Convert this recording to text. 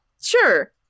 Sure